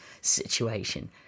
situation